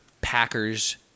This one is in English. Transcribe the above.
Packers